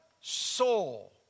soul